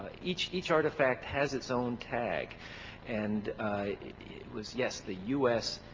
each each artifact has its own tag and it was yes the u s.